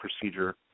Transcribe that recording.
procedure